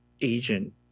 agent